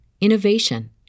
innovation